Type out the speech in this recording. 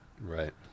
Right